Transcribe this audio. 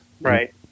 right